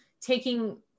taking